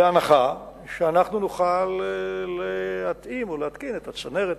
בהנחה שאנחנו נוכל להתאים או להתקין את הצנרת,